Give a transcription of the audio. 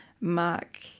Mark